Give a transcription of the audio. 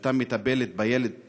כשאת מטפלת בילד